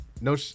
no